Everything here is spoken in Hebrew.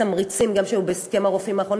גם התמריצים שהיו בהסכם הרופאים האחרון